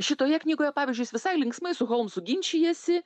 šitoje knygoje pavyzdžiui jis visai linksmai su holmsu ginčijasi